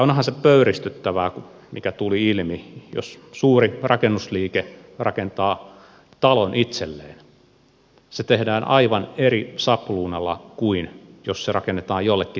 onhan se pöyristyttävää mikä tuli ilmi että jos suuri rakennusliike rakentaa talon itselleen se tehdään aivan eri sabluunalla kuin jos se rakennetaan jollekin toiselle